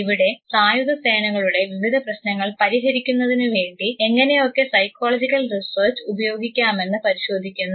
ഇവിടെ സായുധ സേനകളുടെ വിവിധ പ്രശ്നങ്ങൾ പരിഹരിക്കുന്നതിനുവേണ്ടി എങ്ങനെയൊക്കെ സൈക്കോളജിക്കൽ റിസർച്ച് ഉപയോഗിക്കാമെന്ന് പരിശോധിക്കുന്നു